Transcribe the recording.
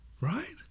Right